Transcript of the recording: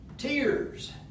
tears